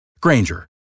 Granger